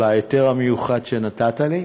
על ההיתר המיוחד שנתת לי.